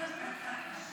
לא נכון.